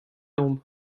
omp